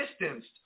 distanced